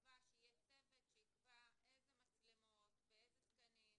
שייקבע שיהיה צוות שיקבע איזה מצלמות, איזה תקנים.